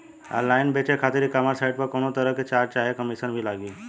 Online बेचे खातिर e commerce site पर कौनोतरह के चार्ज चाहे कमीशन भी लागी?